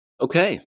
Okay